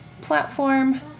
platform